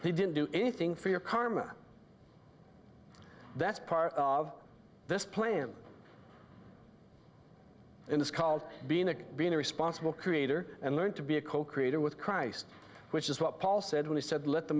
he didn't do anything for your karma that's part of this plan and it's called being a being a responsible creator and learn to be a co creator with christ which is what paul said when he said let the